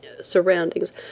surroundings